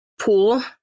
pool